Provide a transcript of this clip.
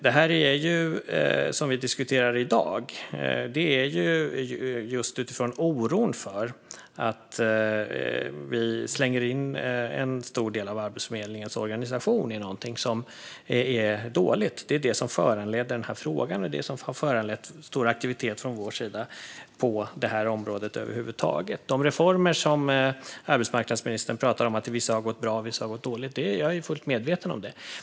Det som vi diskuterar i dag är just utifrån oron för att vi slänger in en stor del av Arbetsförmedlingens organisation i någonting som är dåligt. Det är vad som föranledde frågan och som har föranlett stor aktivitet från vår sida på det här området över huvud taget. Arbetsmarknadsministern pratar om att vissa reformer har gått bra och att vissa har gått dåligt. Jag är fullt medveten om det.